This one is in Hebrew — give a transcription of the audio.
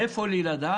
מאין לי לדעת